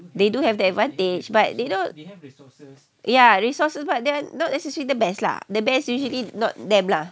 they do have the advantage but you know ya resources but they not necessarily the best lah the best usually not them lah